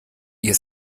ihr